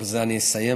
בזה אני אסיים.